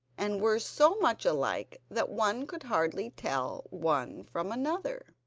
and were so much alike that one could hardly tell one from another.